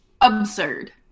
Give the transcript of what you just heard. Absurd